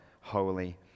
holy